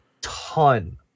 ton